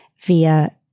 via